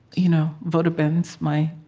you know vote against my